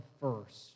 first